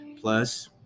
plus